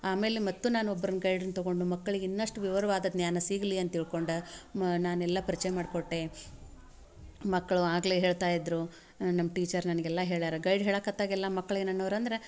ಆಮೇಲೆ ಮತ್ತೂ ನಾನು ಒಬ್ರನ್ನು ಗೈಡನ್ನು ತಗೊಂಡು ಮಕ್ಳಿಗೆ ಇನ್ನಷ್ಟು ವಿವವರವಾದ ಜ್ಞಾನ ಸಿಗಲಿ ಅಂತ ತಿಳ್ಕೊಂಡು ಮ ನಾನೆಲ್ಲ ಪರ್ಚಯ ಮಾಡಿಕೊಟ್ಟೆ ಮಕ್ಕಳು ಆಗಲೇ ಹೇಳ್ತಾ ಇದ್ದರು ನಮ್ಮ ಟೀಚರ್ ನನಗೆ ಎಲ್ಲ ಹೇಳ್ಯಾರ ಗೈಡ್ ಹೇಳಕ್ಕ ಹತ್ತಾಗ ಎಲ್ಲ ಮಕ್ಳು ಏನು ಅನ್ನೋರು ಅಂದರೆ